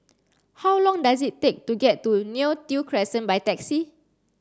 how long does it take to get to Neo Tiew Crescent by taxi